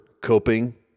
coping